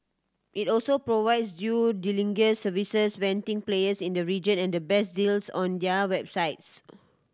it also provides due diligence services vetting players in the region and the best deals on their websites